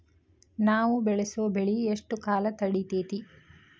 ನಾವು ಬೆಳಸೋ ಬೆಳಿ ಎಷ್ಟು ಕಾಲ ತಡೇತೇತಿ?